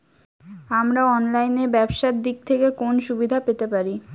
আমরা অনলাইনে ব্যবসার দিক থেকে কোন সুবিধা পেতে পারি?